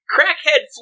Crackhead